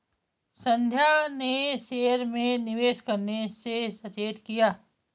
संध्या ने शेयर में निवेश करने से सचेत किया